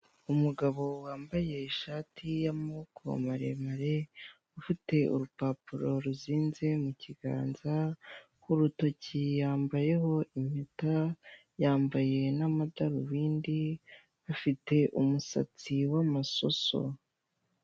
Umugabo wambaye ishati y'amaboko maremare, ufite urupapuro ruzinze mu kiganza, ku rutoki yambayeho impeta, yambaye n'amadarubindi afite umusatsi wamasoso.